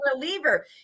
reliever